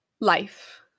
Life